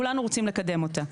כולנו רוצים לקדם אותה,